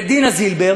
את דינה זילבר,